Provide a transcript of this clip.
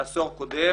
בעשור קודם